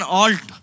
alt